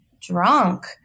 drunk